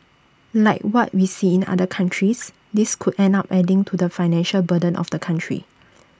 like what we see in other countries this could end up adding to the financial burden of the country